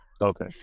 Okay